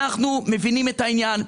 אנחנו מבינים את העניין,